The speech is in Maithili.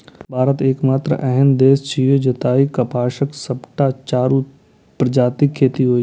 भारत एकमात्र एहन देश छियै, जतय कपासक सबटा चारू प्रजातिक खेती होइ छै